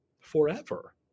forever